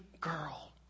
girl